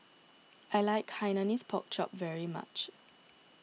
I like Hainanese Pork Chop very much